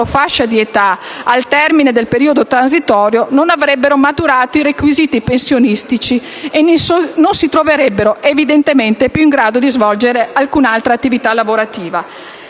fascia di età, al termine del periodo transitorio non avrebbero maturato i requisiti pensionistici e non si troverebbero, evidentemente, più in grado di svolgere alcun'altra attività lavorativa.